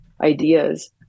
ideas